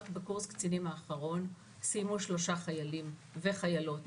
רק בקורס הקצינים האחרון סיימו 3 חיילים וחיילות